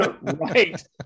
Right